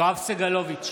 יואב סגלוביץ'